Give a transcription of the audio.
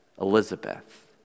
Elizabeth